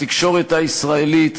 התקשורת הישראלית,